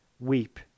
Weep